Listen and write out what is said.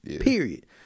period